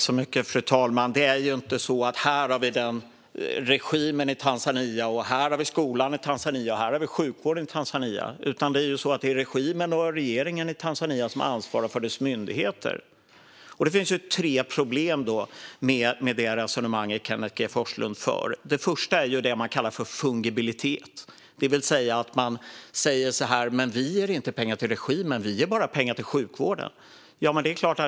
Fru talman! Det är inte så att regimen, skolan och sjukvården i Tanzania är helt åtskilda, utan det är regimen och regeringen i Tanzania som ansvarar för sina myndigheter. Det finns tre problem med det resonemang Kenneth G Forslund för. Det första är det man kallar fungibilitet, det vill säga att man säger att man inte ger pengar till regimen utan till sjukvården.